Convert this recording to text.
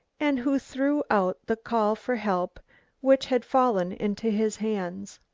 and who threw out the call for help which had fallen into his hands.